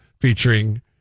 featuring